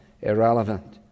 irrelevant